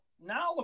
now